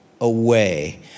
away